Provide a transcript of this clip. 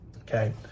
Okay